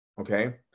Okay